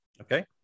Okay